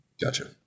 gotcha